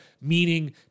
meaning